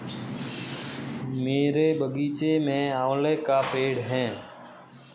मेरे बगीचे में आंवले का पेड़ है